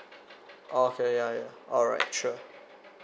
okay ya ya alright sure